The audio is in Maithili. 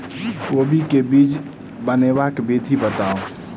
कोबी केँ बीज बनेबाक विधि बताऊ?